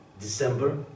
December